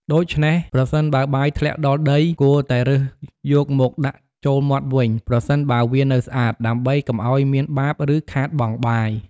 ដូច្នេះ ប្រសិនបើបាយធ្លាក់ដល់ដី គួរតែរើសយកមកដាក់ចូលមាត់វិញ ប្រសិនបើវានៅស្អាត ដើម្បីកុំឲ្យមានបាប ឬខាតបង់បាយ។